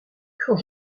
quand